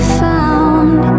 found